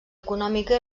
econòmica